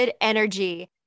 energy